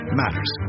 matters